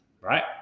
right